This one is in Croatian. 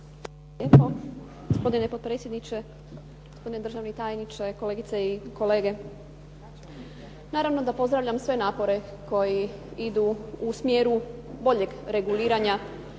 (SDP)** Gospodine potpredsjedniče, gospodine državni tajniče, kolegice i kolege. Naravno da pozdravljam sve napore koji idu u smjeru boljeg reguliranja